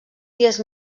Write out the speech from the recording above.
dies